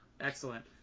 Excellent